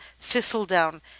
thistledown